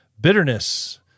bitterness